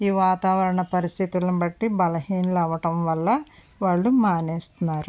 ఈ వాతావరణ పరిస్థితులను బట్టి బలహీనులు అవ్వడం వల్ల వాళ్ళు మానేస్తునారు